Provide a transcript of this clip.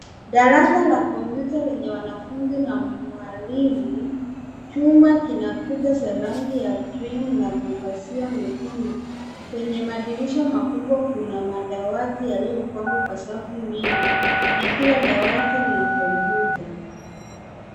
Darasa la kompyuta lenye wanafunzi na mwalimu. Chumba kina kuta za rangi ya krimu na mapazia mekundu. Kwenye madirisha makubwa kuna madawati yaliyopangwa kwa safu mbili na kila dawati lina kompyuta.